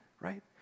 right